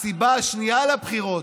הסיבה השנייה לבחירות: